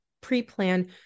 pre-plan